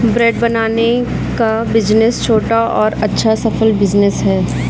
bread बनाने का business छोटा और अच्छा सफल बिज़नेस है